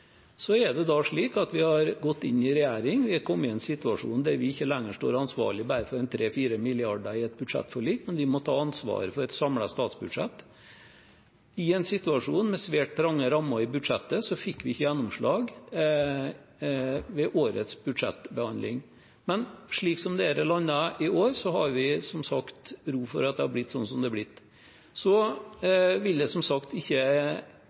Så er det slik at vi har gått inn i regjering. Vi er kommet i en situasjon der vi ikke lenger står ansvarlig for 3 mrd. kr–4 mrd. kr i et budsjettforlik, men vi må ta ansvaret for et samlet statsbudsjett. I en situasjon med svært trange rammer i budsjettet, fikk vi ikke gjennomslag ved årets budsjettbehandling. Men slik som dette er landet i år, har vi som sagt ro for at det er blitt som det er blitt. Så vil jeg, som sagt, ikke